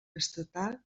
estatal